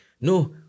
No